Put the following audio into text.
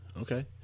Okay